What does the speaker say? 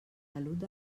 salut